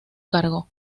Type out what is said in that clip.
cargo